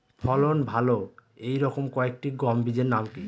ফলন ভালো এই রকম কয়েকটি গম বীজের নাম কি?